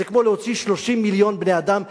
זה כמו להוציא 30 מיליון בני-אדם בארצות-הברית.